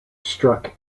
struck